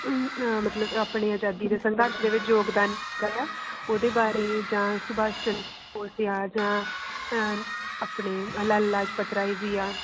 ਮਤਲਬ ਆਪਣੀ ਆਜ਼ਾਦੀ ਦੇ ਸੰਘਰਸ਼ ਦੇ ਵਿੱਚ ਯੋਗਦਾਨ ਪਾਇਆ ਉਹਦੇ ਬਾਰੇ ਜਾਂ ਸੁਭਾਸ਼ ਚੰਦਰ ਬੋਸ ਜਾਂ ਆਪਣੇ ਲਾਲਾ ਲਾਜਪਤ ਰਾਏ ਜੀ ਆ